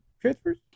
transfers